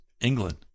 England